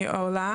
אני עולה,